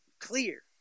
Clear